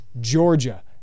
Georgia